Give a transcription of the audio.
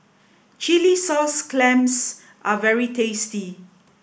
Chilli Sauce Clams are very tasty